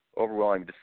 overwhelming